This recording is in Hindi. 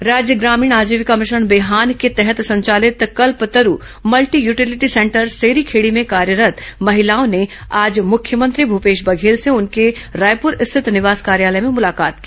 मुख्यमंत्री राज्य ग्रामीण आजीविका मिशन बिहान के तहत संचालित कल्पतरू मल्टीयूटीलिटी सेंटर सेडीखेडी में कार्य कर रही महिलाओं ने आज मुख्यमंत्री भूपेश बघेल से उनके रायपुर स्थित निवास कार्यालय में मुलाकात की